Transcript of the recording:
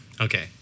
Okay